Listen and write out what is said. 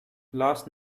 last